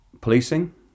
policing